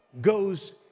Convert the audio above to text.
goes